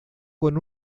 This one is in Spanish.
con